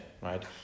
right